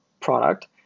product